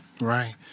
Right